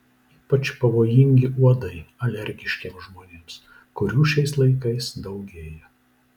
ypač pavojingi uodai alergiškiems žmonėms kurių šiais laikais daugėja